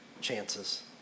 chances